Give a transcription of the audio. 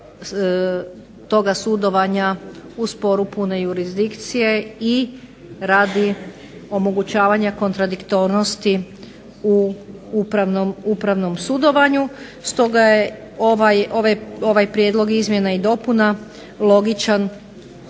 se ne razumije./… jurisdikcije i radi omogućavanja kontradiktornosti u upravnom sudovanju. Stoga je ovaj prijedlog izmjena i dopuna logičan